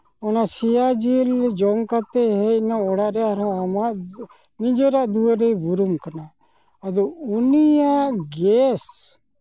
ᱚᱱᱟ ᱥᱮᱭᱟ ᱡᱤᱞ ᱡᱚᱢ ᱠᱟᱛᱮᱫ ᱦᱮᱡ ᱮᱱᱟᱭ ᱚᱲᱟᱜ ᱨᱮ ᱟᱨᱦᱚᱸ ᱟᱢᱟᱜ ᱱᱤᱡᱮᱨᱟᱜ ᱫᱩᱣᱟᱹᱨ ᱨᱮᱭ ᱵᱩᱨᱩᱢ ᱠᱟᱱᱟ ᱟᱫᱚ ᱩᱱᱤᱭᱟᱜ ᱜᱮᱥ